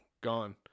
gone